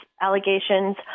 allegations